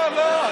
לא לא לא.